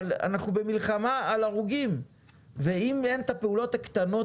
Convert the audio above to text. אבל אנחנו במלחמה על הרוגים ואם אין את הפעולות הקטנות,